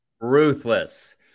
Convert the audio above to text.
ruthless